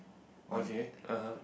okay (uh huh)